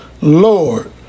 Lord